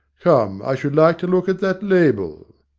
come, i should like to look at that label!